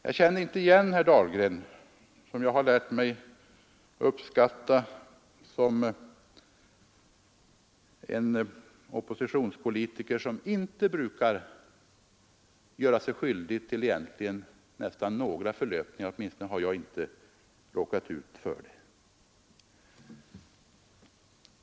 Jag känner inte igen herr Dahlgren, som jag har lärt mig uppskatta som en oppositionspolitiker som inte brukar göra sig skyldig till några förlöpningar — åtminstone har jag inte råkat ur för några.